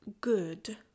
good